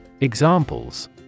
Examples